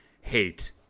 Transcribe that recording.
hate